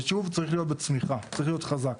ישוב צריך להיות בצמיחה, צריך להיות חזק.